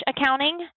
Accounting